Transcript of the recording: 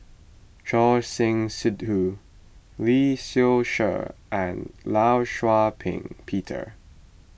Choor Singh Sidhu Lee Seow Ser and Law Shau Ping Peter